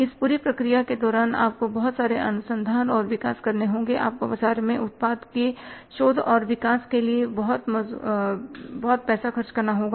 इस पूरी प्रक्रिया के दौरान आपको बहुत सारे अनुसंधान और विकास करने होंगे आपको बाजार में उत्पाद के शोध और विकास के लिए बहुत पैसा खर्च करना होगा